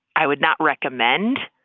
i would not recommend